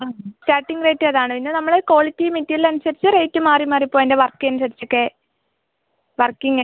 ആ starting rate അതാണ് പിന്നെ നമ്മൾ ക്വാളിറ്റി മെറ്റീരിയല് അനുസരിച്ച് റേറ്റ് മാറി മാറി പോവും അതിൻ്റെ വർക്ക് അനുസരിച്ചൊക്കെ വർക്കിംഗ